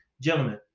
Gentlemen